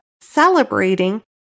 celebrating